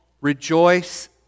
Rejoice